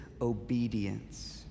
obedience